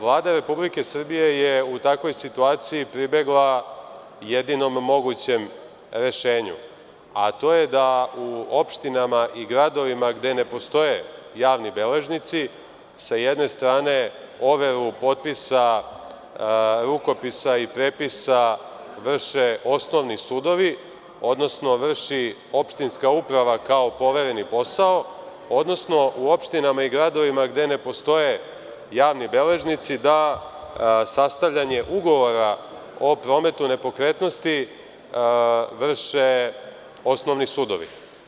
Vlada Republike Srbije je u takvoj situaciji pribegla jedinom mogućem rešenju, a to je da u opštinama i gradovima gde ne postoje javni beležnici, sa jedne strane overu potpisa, rukopisa i prepisa vrše osnovni sudovi, odnosno vrši opštinska uprava kao povereni posao, odnosno u opštinama i gradovima gde ne postoje javni beležnici da sastavljanje ugovora o prometu nepokretnosti vrše osnovni sudovi.